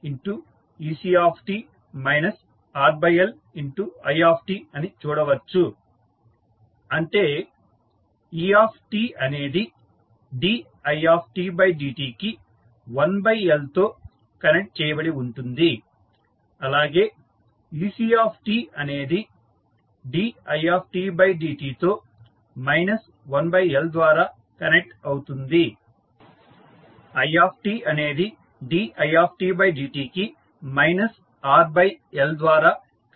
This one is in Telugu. ఇప్పుడు ఈ ఈక్వేషన్ నుండి మీరు didt1Let 1Lec RLi అని చూడవచ్చు